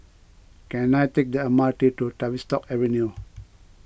can I take the M R T to Tavistock Avenue